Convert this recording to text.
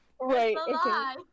Right